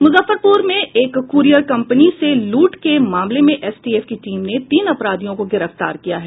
मुजफ्फरपुर में एक courier company से लूट के मामले में एसटीएफ की टीम ने तीन अपराधियों को गिरफ्तार किया है